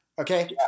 Okay